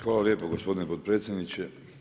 Hvala lijepo gospodine potpredsjedniče.